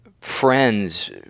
friends